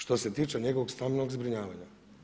Što se tiče njegovog stambenog zbrinjavanja.